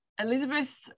Elizabeth